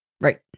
Right